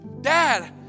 Dad